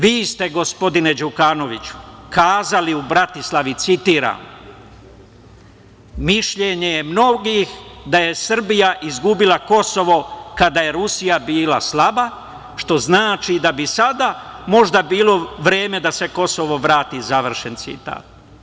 Vi ste gospodine Đukanoviću kazali u Bratislavi, citiram - mišljenje je mnogih da je Srbija izgubila Kosova kada je Rusija bila slaba, što znači da bi sada možda bilo vreme da se Kosovo vrati, završen citat.